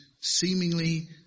seemingly